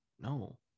No